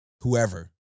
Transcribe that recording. whoever